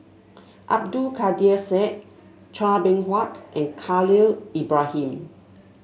Abdul Kadir Syed Chua Beng Huat and Khalil Ibrahim